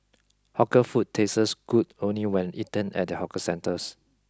hawker food tastes good only when eaten at the Hawker Centers